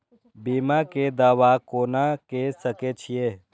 बीमा के दावा कोना के सके छिऐ?